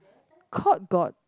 Courts got